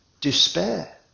despair